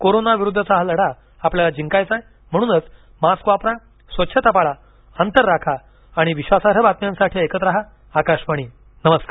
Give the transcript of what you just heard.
कोरोनाविरुद्धचा हा लढा आपल्याला जिंकायचा आहे म्हणूनच मास्क वापरा स्वच्छता पाळा अंतर राखा आणि विश्वासार्ह बातम्यांसाठी ऐकत रहा आकाशवाणी नमस्कार